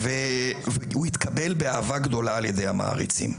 והוא התקבל באהבה גדולה על ידי המעריצים.